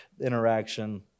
interaction